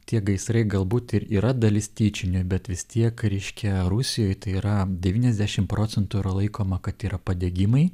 tie gaisrai galbūt ir yra dalis tyčinių bet vis tiek ryškia rusijoj tai yra devyniasdešim procentų yra laikoma kad yra padegimai